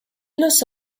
los